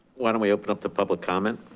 why don't we open up the public comment?